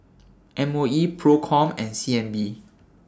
M O E PROCOM and C N B